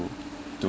to to